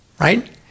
right